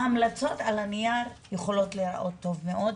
ההמלצות על הנייר יכולות להיראות טוב מאוד.